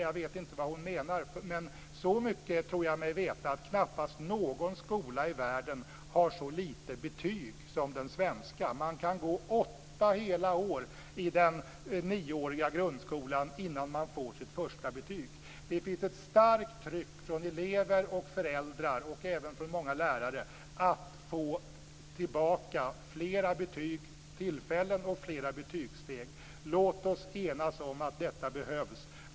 Jag vet inte vad hon menar, men så mycket tror jag mig veta att knappast någon skola i världen har så lite betyg som den svenska. Man kan gå åtta hela år i den nioåriga grundskolan innan man får sitt första betyg. Det finns ett starkt tryck från elever och föräldrar, även från många lärare, att få tillbaka flera betygstillfällen och flera betygssteg. Låt oss enas om att detta behövs.